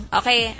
okay